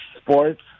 sports